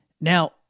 Now